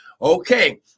Okay